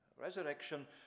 Resurrection